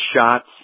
shots